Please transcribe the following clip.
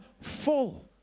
full